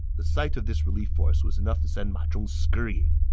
the sight of this relief force was enough to send ma zhong scurrying.